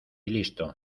listo